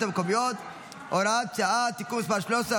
המקומיות (הוראת שעה) (תיקון מס' 13),